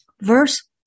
Verse